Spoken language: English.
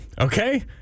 okay